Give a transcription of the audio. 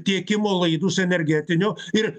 tiekimo laidus energetinio ir